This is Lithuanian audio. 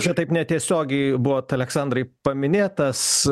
šitaip netiesiogiai buvo aleksandrai paminėtas